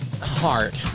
heart